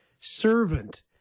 servant